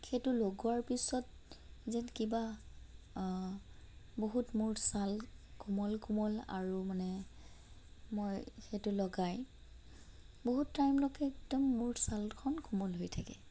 সেইটো লগোৱাৰ পিছত যেন কিবা বহুত মোৰ ছাল কোমল কোমল আৰু মানে মই সেইটো লগাই বহুত টাইমলৈকে একদম মোৰ ছালখন কোমল হৈ থাকে